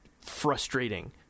frustrating